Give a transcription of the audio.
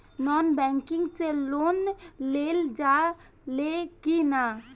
Non banking से loan लेल जा ले कि ना?